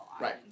Right